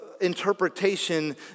interpretation